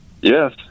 Yes